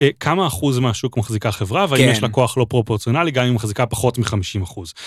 כמה אחוז מהשוק מחזיקה חברה, כן, והאם יש לה כוח לא פרופורציונלי גם אם מחזיקה פחות מחמישים אחוז.